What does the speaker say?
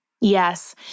Yes